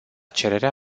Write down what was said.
cererea